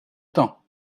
temps